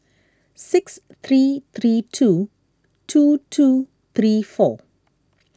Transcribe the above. six three three two two two three four